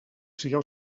sigueu